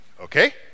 Okay